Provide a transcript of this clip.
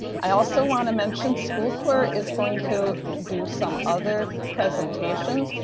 i also want to mention school corps is going to do some other presentations.